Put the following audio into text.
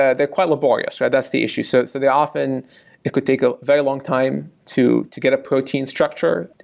ah they're quite laborious. yeah that's the issue. so so they often could take a very longtime to to get a protein structure,